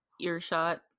earshot